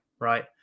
Right